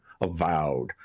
Avowed